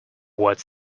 what